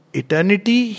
eternity